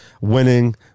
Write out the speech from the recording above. Winning